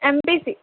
MPC